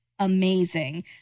amazing